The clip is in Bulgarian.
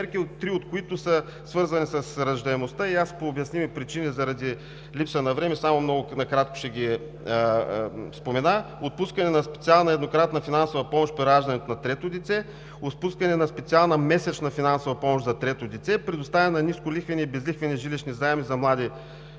три от които са свързани с раждаемостта. Заради липса на време много кратко ще ги спомена: отпускане на специална еднократна финансова помощ при раждането на трето дете, отпускане на специална месечна финансова помощ за трето дете, предоставяне на нисколихвени и безлихвени жилищни заеми за млади